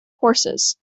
horses